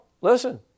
Listen